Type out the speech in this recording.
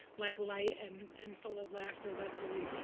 like, light and and full of laughter, that's really,